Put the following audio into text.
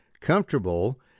comfortable